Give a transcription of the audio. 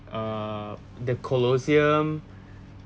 uh the colosseum